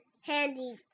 handy